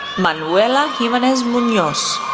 manuela jimenez munoz,